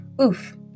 Oof